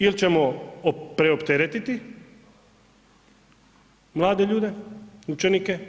Ili ćemo preopteretiti mlade ljude, učenike.